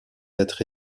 être